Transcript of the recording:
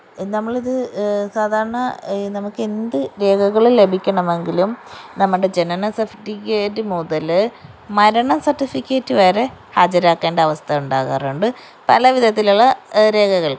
നമ്മളിത് സാധാരണ നമുക്ക് എന്ത് രേഖകള് ലഭിക്കണമെങ്കിലും നമ്മുടെ ജനന സർട്ടിഫിക്കറ്റ് മുതല് മരണ സർട്ടിഫിക്കറ്റ് വരെ ഹാജരാക്കേണ്ട അവസ്ഥ ഉണ്ടാകാറുണ്ട് പല വിധത്തിലുള്ള രേഖകൾക്കും